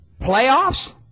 Playoffs